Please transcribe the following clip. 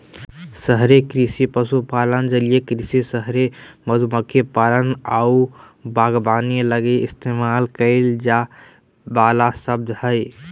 शहरी कृषि पशुपालन, जलीय कृषि, शहरी मधुमक्खी पालन आऊ बागवानी लगी इस्तेमाल कईल जाइ वाला शब्द हइ